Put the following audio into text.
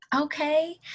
Okay